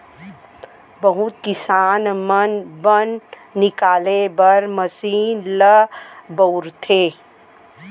बहुत किसान मन बन निकाले बर मसीन ल बउरथे